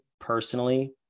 personally